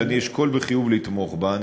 שאני אשקול בחיוב לתמוך בה.